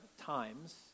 times